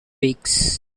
weeks